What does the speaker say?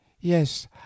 Yes